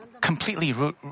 completely